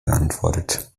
beantwortet